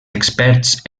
experts